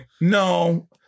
No